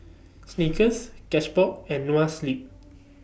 Snickers Cashbox and Noa Sleep